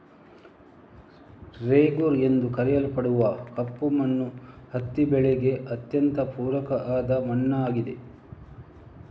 ರೇಗೂರ್ ಎಂದು ಕರೆಯಲ್ಪಡುವ ಕಪ್ಪು ಮಣ್ಣು ಹತ್ತಿ ಬೆಳೆಗೆ ಅತ್ಯಂತ ಪೂರಕ ಆದ ಮಣ್ಣಾಗಿದೆ